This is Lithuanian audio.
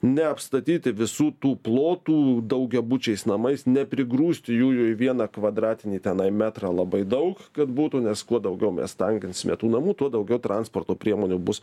neapstatyti visų tų plotų daugiabučiais namais neprigrūsti jųjų į vieną kvadratinį tenai metrą labai daug kad būtų nes kuo daugiau mes tankinsime tų namų tuo daugiau transporto priemonių bus